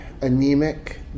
anemic